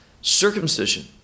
circumcision